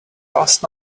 last